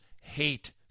hate